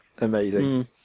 Amazing